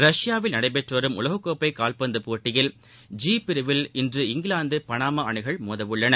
ரஷ்யாவில் நடைபெற்று வரும் உலகக்கோப்பை கால்பந்து போட்டியில் ஜி பிரிவில் இன்று இங்கிலாந்து பனாமா அணிகள் மோதவுள்ளன